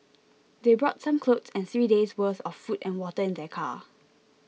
they brought some clothes and three days' worth of food and water in their car